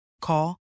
Call